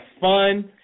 fun